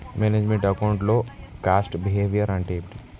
Manage meant account లో cost behaviour అంటే ఏమిటి?